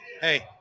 Hey